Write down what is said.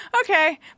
okay